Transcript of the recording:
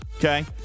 okay